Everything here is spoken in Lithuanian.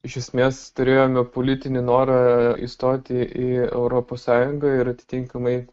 iš esmės turėjome politinį norą įstoti į europos sąjungą ir atitinkamai